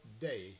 day